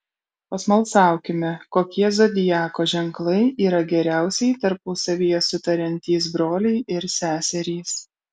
pasmalsaukime kokie zodiako ženklai yra geriausiai tarpusavyje sutariantys broliai ir seserys